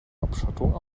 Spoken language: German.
abschottung